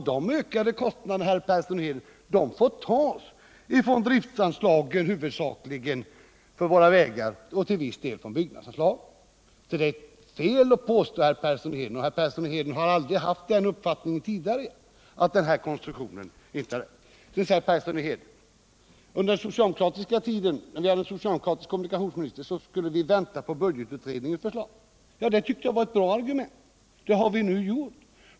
De ökade kostnaderna, herr Persson i Heden, får tas huvudsakligen från driftsanslaget för våra vägar och till viss del från byggnadsanslaget. Det är alltså fel att påstå — och herr Persson har aldrig haft den uppfattningen tidigare — att den här konstruktionen är bättre. Herr Persson säger att när vi hade en socialdemokratisk kommunikationsminister skulle vi vänta på budgetutredningens förslag. Ja, det tyckte jag var ett bra argument, och det har vi nu gjort.